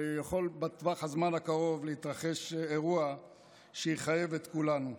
ובטווח הזמן הקרוב יכול להתרחש אירוע שיחייב את כולנו.